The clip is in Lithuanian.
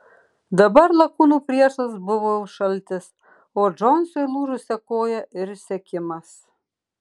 dabar lakūnų priešas buvo šaltis o džonsui lūžusia koja ir išsekimas